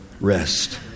Rest